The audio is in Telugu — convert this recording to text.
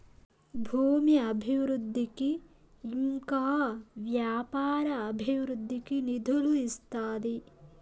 భూమి అభివృద్ధికి ఇంకా వ్యాపార అభివృద్ధికి నిధులు ఇస్తాది